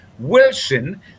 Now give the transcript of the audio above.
Wilson